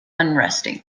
unresting